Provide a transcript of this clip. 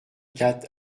quatre